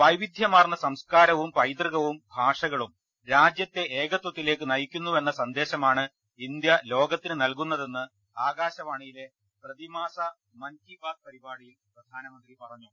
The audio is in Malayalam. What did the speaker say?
വൈവിധ്യമാർന്ന സംസ്കാരവും പൈതൃ കവും ഭാഷകളും രാജ്യത്തെ ഏകത്വത്തിലേക്ക് നയിക്കുന്നുവെന്ന സന്ദേ ശമാണ് ഇന്ത്യ ലോകത്തിന് നൽകുന്നതെന്ന് ആകാശവാണിയിലെ പ്രതിമാസ മൻ കി ബാത് പരിപാടിയിൽ പ്രധാനമന്ത്രി പറഞ്ഞു